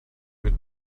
mit